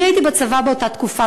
אני הייתי בצבא באותה תקופה,